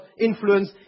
influence